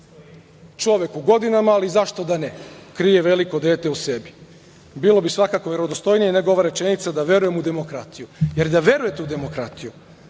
Čovek u godinama, ali zašto da ne, krije veliko dete u sebi. Bilo bi svakako verodostojnije nego ova rečenica da verujem u demokratiju, jer da verujete u demokratiju,